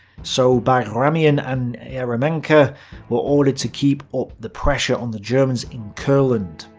so bagramian and eremenko were ordered to keep up the pressure on the germans in courland.